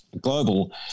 global